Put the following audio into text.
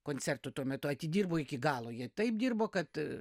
koncertų tuo metu atidirbo iki galo jie taip dirbo kad